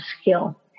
skill